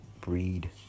breed